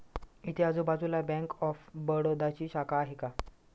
इथे आजूबाजूला bank of बडोदाची शाखा आहे का?